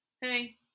Hey